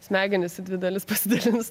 smegenys į dvi dalis pasidalinus